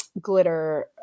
glitter